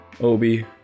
Obi